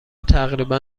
تقریبا